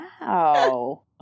wow